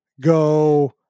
go